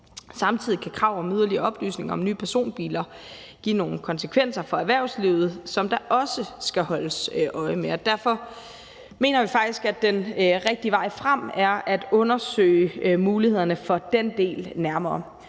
Samtidig kan krav om yderligere oplysning om nye personbiler give nogle konsekvenser for erhvervslivet, som der også skal holdes øje med. Derfor mener vi faktisk, at den rigtige vej frem er at undersøge mulighederne for den del nærmere.